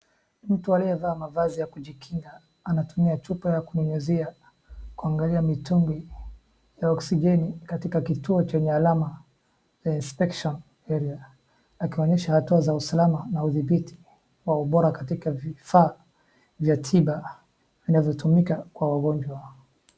Mtu aliyevaa mavazi ya kujikinga anatumia chupa ya kunyunyizia kuangalia mitungi ya oksijeni katika kituo chenye alama ya inspection area akionyesha hatua za usalama na udhibiti wa ubora katika vifaa vya tiba vinavyotumika kwa wangoja.